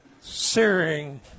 searing